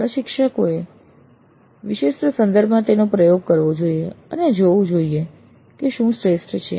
પ્રશિક્ષકોએ વિશિષ્ટ સંદર્ભમાં તેનો પ્રયોગ કરવો જોઈએ અને જોવું જોઈએ કે શું શ્રેષ્ઠ છે